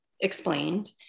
explained